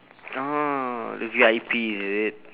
oh the V_I_P is it